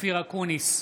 אופיר אקוניס,